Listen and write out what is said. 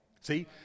See